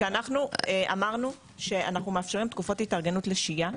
כשאנחנו אמרנו שאנחנו מאפשרים תקופות התארגנו לשהייה,